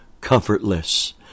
comfortless